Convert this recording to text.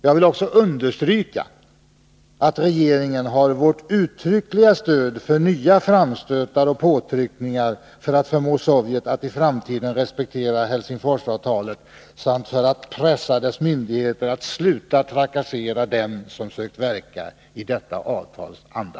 Jag vill också understryka att regeringen har vårt uttryckliga stöd för nya framstötar och påtryckningar för att förmå Sovjet att i framtiden respektera Helsingforsavtalet och för att pressa Sovjets myndigheter att sluta trakassera dem som sökt verka i detta avtals anda.